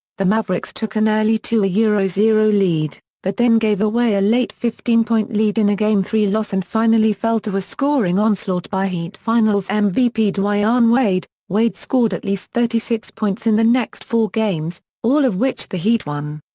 the mavericks took an early two yeah zero zero lead, but then gave away a late fifteen point lead in a game three loss and finally fell to a scoring onslaught by heat finals mvp dwyane wade wade scored at least thirty six points in the next four games, all of which the heat won.